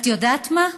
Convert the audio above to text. את יודעת מה?